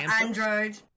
Android